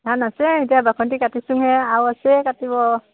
ধান আছে এতিয়া বাসন্তি কাটিছোহে আৰু আছে কাটিব